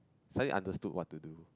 suddenly understood what to do